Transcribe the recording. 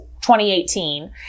2018